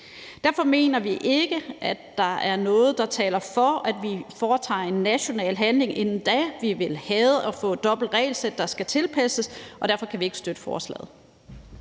Derfor mener vi ikke, at der er noget, der taler for, at vi foretager en national handling inden da. Vi ville hade at få et dobbelt regelsæt, der skal tilpasses, og derfor kan vi ikke støtte forslaget.